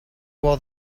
was